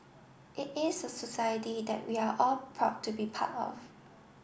it is a society that we are all proud to be part of